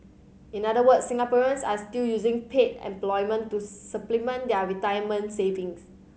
in other words Singaporeans are still using paid employment to supplement their retirement savings